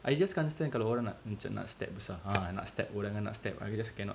I just can't stand kalau orang nak macam nak step besar ah nak step orang yang nak step I really just cannot